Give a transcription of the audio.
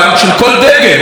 טלוויזיה חדשה,